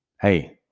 Hey